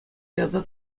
ята